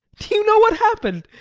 do you know what happened?